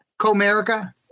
Comerica